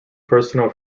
personal